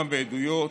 גם בעדויות,